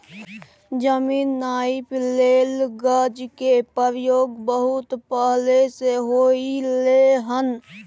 जमीन नापइ लेल गज के प्रयोग बहुत पहले से होइत एलै हन